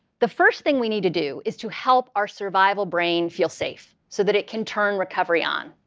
the first thing we need to do is to help our survival brain feel safe so that it can turn recovery on.